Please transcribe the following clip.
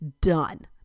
Done